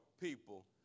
people